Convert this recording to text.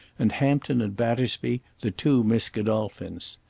and hampton and battersby the two miss godolphins.